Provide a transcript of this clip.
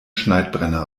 schneidbrenner